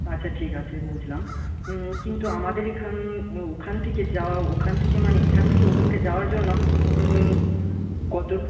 আচ্ছা ঠিক আছে বুঝলাম কিন্তু আমাদের এখান ওখান থেকে যাওয়া ওখান থেকে মানে এখান থেকে ওখানকার যাওয়ার জন্য কত